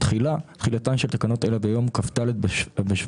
תחילה תחילתן של תקנות אלה ביום כ"ד בשבט